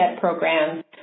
programs